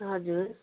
हजुर